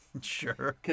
Sure